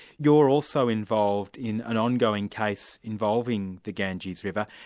you're also involved in an ongoing case involving the ganges river.